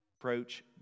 approach